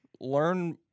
Learn